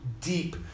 deep